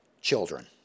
children